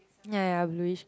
ya ya blueish